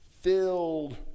filled